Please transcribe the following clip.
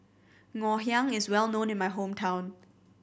Ngoh Hiang is well known in my hometown